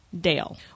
Dale